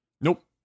Nope